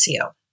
SEO